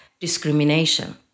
Discrimination